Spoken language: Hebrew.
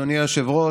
אדוני היושב-ראש,